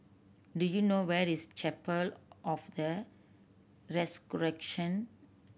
do you know where is Chapel of the Resurrection